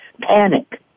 panic